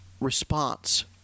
response